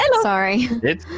sorry